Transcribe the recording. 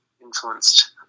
influenced